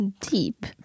deep